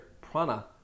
prana